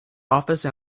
office